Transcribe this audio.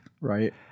right